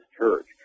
church